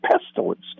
pestilence